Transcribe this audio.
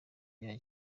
rya